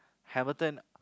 Hamilton